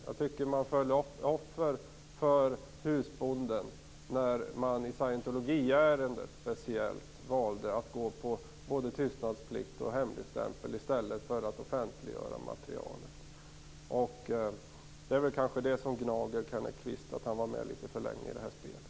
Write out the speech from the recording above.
Jag tycker att man föll offer för husbonden när man, speciellt i scientologiärendet, valde både tystnadsplikt och hemligstämpel i stället för att offentliggöra materialet. Det är kanske det som gnager Kenneth Kvist att han var med litet för länge i det här spelet.